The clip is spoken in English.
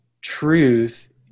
truth